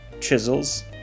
chisels